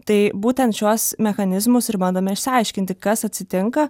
tai būtent šiuos mechanizmus ir bandome išsiaiškinti kas atsitinka